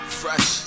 fresh